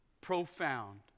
profound